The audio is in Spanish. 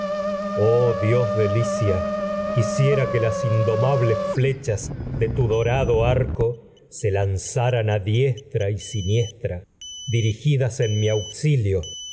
oh dios de licia quisiera de tu las indomables flechas y dorado arco se lanzaran diestra siniestra diri gidas de en mi auxilio